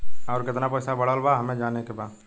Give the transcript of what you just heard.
और कितना पैसा बढ़ल बा हमे जाने के बा?